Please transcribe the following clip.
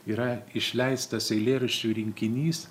yra išleistas eilėraščių rinkinys